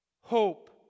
Hope